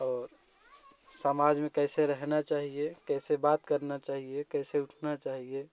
और समाज में कैसे रहना चाहिए कैसे बात करना चाहिए कैसे उठना चाहिए